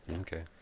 Okay